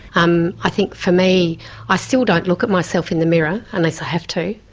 um i think for me i still don't look at myself in the mirror unless i have to,